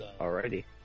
Alrighty